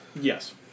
Yes